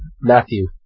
Matthew